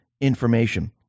information